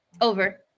Over